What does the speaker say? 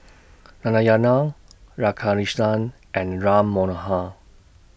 Narayana Radhakrishnan and Ram Manohar